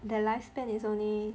their lifespan is only